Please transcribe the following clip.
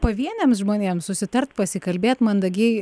pavieniams žmonėms susitart pasikalbėt mandagiai